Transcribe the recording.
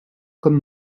comme